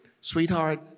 sweetheart